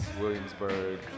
Williamsburg